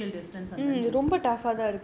maintain the the social distance